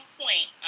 point